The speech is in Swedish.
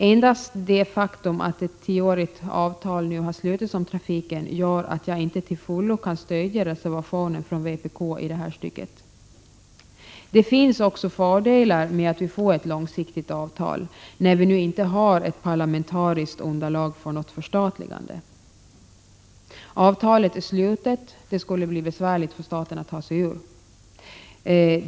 Endast det faktum att ett tioårigt avtal nu slutits om trafiken gör att jag inte till fullo kan stödja reservationen från vpk i det här stycket. Det finns fördelar med att vi får ett långsiktigt avtal, när vi nu inte har något parlamentariskt underlag för ett förstatligande. Avtalet är slutet och skulle bli besvärligt för staten att ta sig ur.